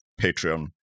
Patreon